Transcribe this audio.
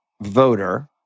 voter